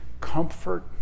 comfort